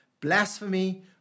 blasphemy